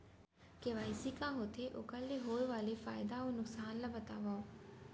KCC का होथे, ओखर ले होय वाले फायदा अऊ नुकसान ला बतावव?